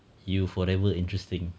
you forever interesting